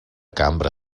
cambra